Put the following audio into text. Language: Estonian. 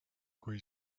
kui